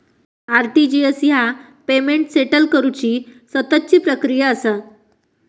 RTGS ह्या payment settle करुची सततची प्रक्रिया असा